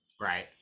right